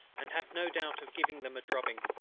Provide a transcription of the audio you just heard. and have no doubt of giving them a drubbing.